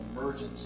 emergency